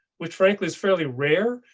which frankly is fairly rare,